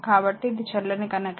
కాబట్టి ఇది చెల్లని కనెక్షన్